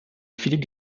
philippe